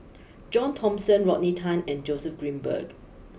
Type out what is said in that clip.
John Thomson Rodney Tan and Joseph Grimberg